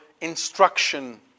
instruction